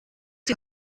die